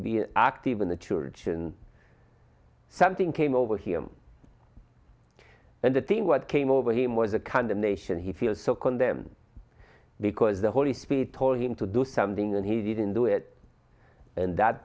act active in the church and something came over him and the team what came over him was a condemnation he feels so condemned because the holy spirit told him to do something and he didn't do it and that